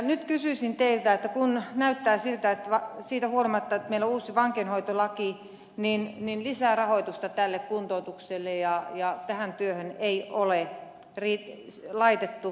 nyt kysyisin teiltä siitä kun näyttää siltä että siitä huolimatta että meillä on uusi vankeinhoitolaki lisää rahoitusta tälle kuntoutukselle ja tähän työhön ei ole laitettu